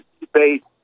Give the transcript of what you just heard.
debate